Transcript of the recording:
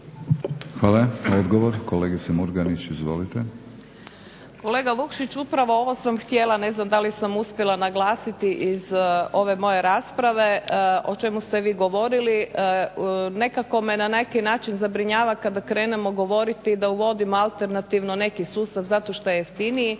Nada (HDZ)** Kolega Vukšić, upravo ovo sam htjela, ne znam da li sam uspjela naglasiti iz ove moje rasprave o čemu ste vi govorili. Nekako me na neki način zabrinjava kada krenemo govoriti da uvodimo alternativno neki sustav zato što je jeftiniji